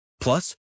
Plus